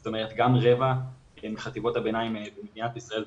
זאת אומרת גם רבע מחטיבות הביניים במדינת ישראל,